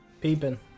Peeping